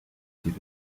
chile